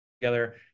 together